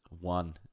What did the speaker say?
one